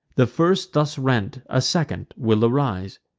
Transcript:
the first thus rent a second will arise,